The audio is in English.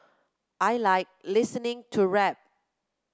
I like listening to rap